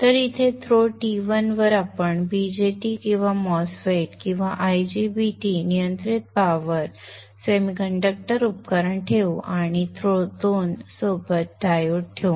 तर इथे throw T1 वर आपण BJT किंवा MOSFET किंवा IGBT कंट्रोल पॉवर सेमीकंडक्टर उपकरण ठेवू आणि थ्रो 2 सोबत डायोड ठेवू